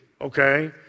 okay